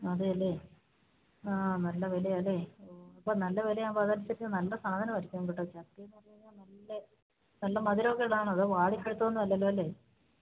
അതെ അല്ലെ ആ നല്ല വില ആണല്ലേ ഇപ്പം നല്ല വില ആകുമ്പം അതനുസരിച്ച് നല്ല സാധനമായിരിക്കും കിട്ട് നല്ല മധുരമൊക്കെ ഉള്ളതാണോ അതോ വാടി പഴുത്തതൊന്നും അല്ലല്ലോ അല്ലേ